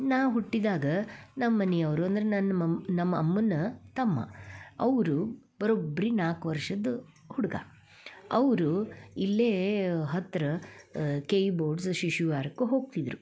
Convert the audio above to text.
ನಾ ಹುಟ್ಟಿದಾಗ ನಮ್ಮ ಮನೆಯವ್ರು ಅಂದ್ರೆ ನನ್ನ ಮಮ್ ನಮ್ಮ ಅಮ್ಮನ ತಮ್ಮ ಅವರು ಬರೋಬ್ಬರಿ ನಾಲ್ಕು ವರ್ಷದ ಹುಡುಗ ಅವರು ಇಲ್ಲೇ ಹತ್ತಿರ ಕೆ ಇ ಬೋರ್ಡ್ಸ್ ಶಿಶುವಿಹಾರಕ್ಕೆ ಹೋಗ್ತಿದ್ದರು